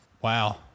Wow